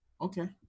Okay